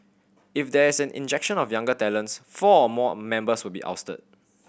if there is an injection of younger talents four or more members will be ousted